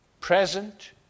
present